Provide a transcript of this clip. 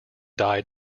died